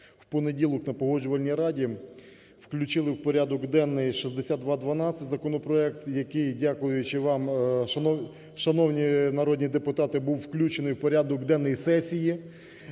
в понеділок на Погоджувальній раді включили в порядок денний 6212 законопроект, який, дякуючи вам, шановні народні депутати, був включений в порядок денний сесії.